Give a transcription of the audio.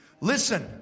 Listen